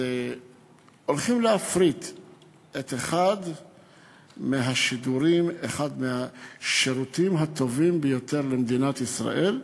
זה שהולכים להפריט את אחד השירותים הטובים ביותר במדינת ישראל.